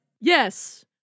Yes